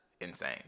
insane